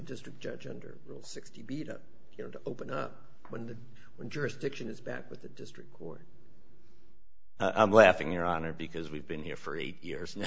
district judge under rule sixty beat up here to open up when the when jurisdiction is back with the district court i'm laughing your honor because we've been here for eight years